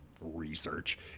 research